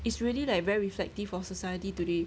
its really like very reflective for society today